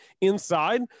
inside